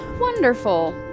Wonderful